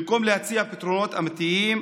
במקום להציע פתרונות אמיתיים,